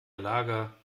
lager